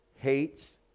Hates